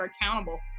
accountable